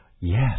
Yes